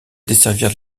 desservir